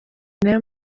nayo